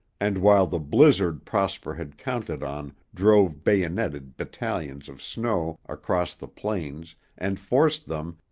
and while the blizzard prosper had counted on drove bayoneted battalions of snow across the plains and forced them,